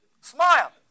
Smile